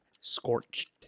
Scorched